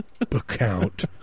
account